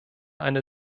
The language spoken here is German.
eine